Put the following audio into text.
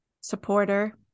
supporter